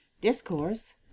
discourse